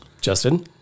justin